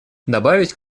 добавить